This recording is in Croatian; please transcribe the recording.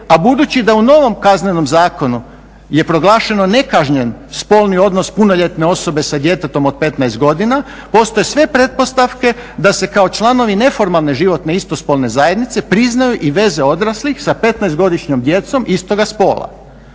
a budući da u novom Kaznenom zakonu je proglašeno nekažnjen spolni odnos punoljetne osobe sa djetetom od 15 godina postoje sve pretpostavke da se kao članovi neformalne životne istospolne zajednice priznaju i veze odraslih sa 15 godišnjom djecom istoga spola.